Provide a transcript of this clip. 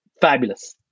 fabulous